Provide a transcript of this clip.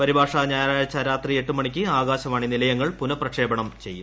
പരിഭാഷ ഞായറാഴ്ച രാത്രി എട്ട് മണിക്ക് ആകാശവാണി നിലയങ്ങൾ പുനഃപ്രക്ഷേപണം ചെയ്യും